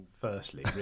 firstly